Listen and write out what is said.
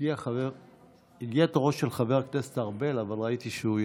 הגיע תורו של חבר הכנסת ארבל, אבל ראיתי שהוא יצא.